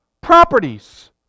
properties